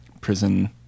prison